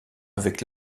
avec